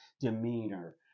demeanor